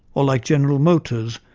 ah like general motors,